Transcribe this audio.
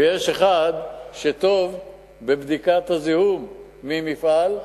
ויש אחד שטוב בבדיקת הזיהום ממפעל,